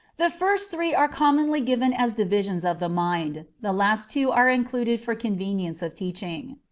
the first three are commonly given as divisions of the mind the last two are included for convenience of teaching.